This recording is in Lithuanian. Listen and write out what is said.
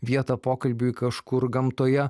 vietą pokalbiui kažkur gamtoje